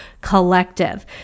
collective